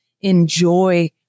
Enjoy